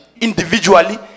Individually